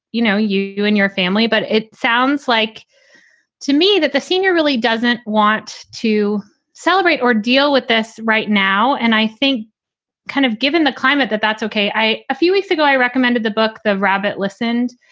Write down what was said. you know, you you and your family. but it sounds like to me that the senior really doesn't want to celebrate or deal with this right now. and i think kind of given the climate that that's ok. i a few weeks ago, i recommended the book the rabbit listened,